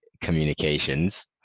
communications